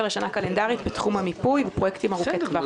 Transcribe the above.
לשנה קלנדרית בתחום המיפוי ופרויקטים ארוכי-טווח.